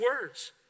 words